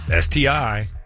STI